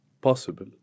possible